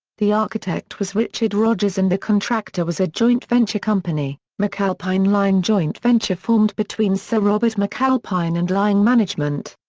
the architect was richard rogers and the contractor was a joint venture company, mcalpine laing joint venture formed between sir robert mcalpine and laing management.